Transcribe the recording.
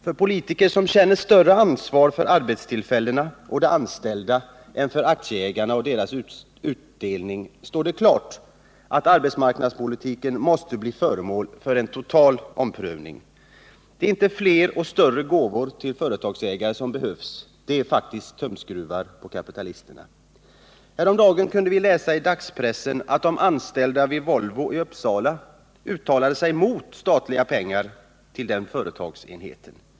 För politiker som känner större ansvar för arbetstillfällena och de anställda än för aktieägarna och deras utdelning står det klart, att arbetsmarknadspolitiken måste bli föremål för en total omprövning. Det är inte fler och större gåvor till företagsägare som behövs, utan det är faktiskt tumskruvar på kapitalisterna. Häromdagen kunde vi läsa i dagspressen att de anställda vid Volvo i Uppsala uttalade sig mot statliga pengar till den företagsenheten.